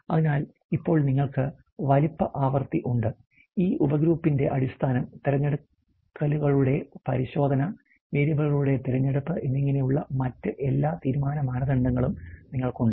അതിനാൽ ഇപ്പോൾ നിങ്ങൾക്ക് വലുപ്പ ആവൃത്തി ഉണ്ട് ഈ ഉപഗ്രൂപ്പിംഗിന്റെ അടിസ്ഥാനം തിരഞ്ഞെടുക്കലുകളുടെ പരിശോധന വേരിയബിളുകളുടെ തിരഞ്ഞെടുപ്പ് എന്നിങ്ങനെയുള്ള മറ്റ് എല്ലാ തീരുമാന മാനദണ്ഡങ്ങളും നിങ്ങൾക്കുണ്ട്